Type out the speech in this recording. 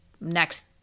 next